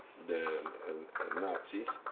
the and nazis,